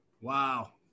Wow